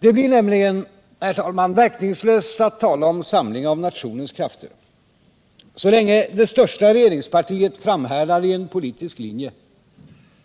Det blir nämligen, herr talman, verkningslöst att tala om samling av nationens krafter så länge det största regeringspartiet framhärdar i en politisk linje